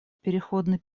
переходный